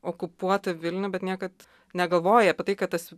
okupuotą vilnių bet niekad negalvoji apie tai kad tas